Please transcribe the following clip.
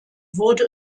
wurde